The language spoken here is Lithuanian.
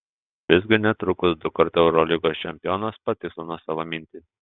visgi netrukus dukart eurolygos čempionas patikslino savo mintį